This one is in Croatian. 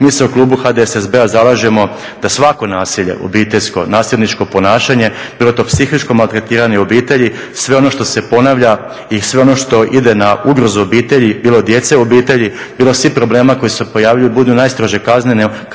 Mi se u klubu HDSSB-a zalažemo da svako nasilje obiteljsko, nasilničko ponašanje bilo to psihičko maltretiranje obitelji, sve ono što se ponavlja i sve ono što ide na ugrozu obitelji bilo djece u obitelji, bilo svih problema koji se pojavljuju bude najstrože